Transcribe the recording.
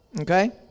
okay